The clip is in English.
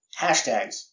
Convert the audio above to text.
hashtags